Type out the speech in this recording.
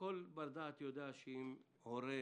כל בר-דעת יודע שאם הורה,